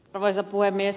arvoisa puhemies